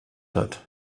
hat